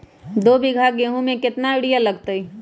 दो बीघा गेंहू में केतना यूरिया लगतै?